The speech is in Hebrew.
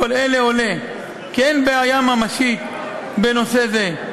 מכל זה עולה כי אין בעיה ממשית בנושא זה,